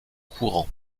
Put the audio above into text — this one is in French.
courant